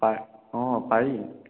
হয় অঁ পাৰি